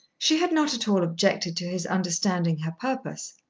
she had not at all objected to his understanding her purpose.